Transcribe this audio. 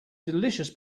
delicious